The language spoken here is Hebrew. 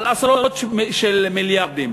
על עשרות של מיליארדים.